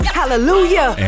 hallelujah